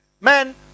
Men